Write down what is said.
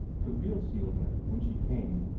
the real celia, when she came,